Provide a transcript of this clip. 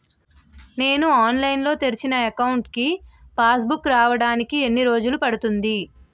నేను ఆన్లైన్ లో తెరిచిన అకౌంట్ కి పాస్ బుక్ రావడానికి ఎన్ని రోజులు పడుతుంది?